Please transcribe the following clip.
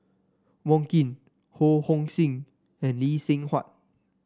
Wong Keen Ho Hong Sing and Lee Seng Huat